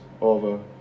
over